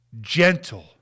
gentle